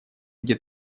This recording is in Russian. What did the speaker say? где